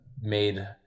made